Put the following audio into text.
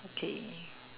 okay